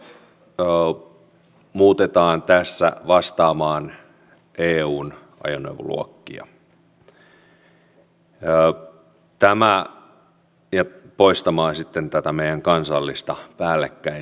nämä ajoneuvoluokat muutetaan tässä vastaamaan eun ajoneuvoluokkia ja poistamaan tätä meidän kansallista päällekkäisyyttä